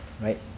right